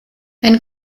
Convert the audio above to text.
ein